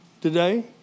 today